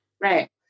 Right